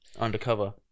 Undercover